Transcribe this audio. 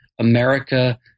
America